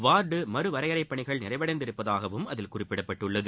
ward மறுவரைப்பணிகள் நிறைவடைந்திருப்பதாகவும் அதில் குறிப்பிடப்பட்டுள்ளது